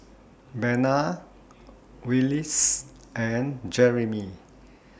Bena Willis and Jerimy